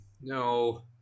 No